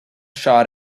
shot